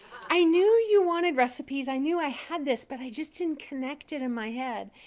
i knew you wanted recipes. i knew i had this. but i just didn't connect it in my head.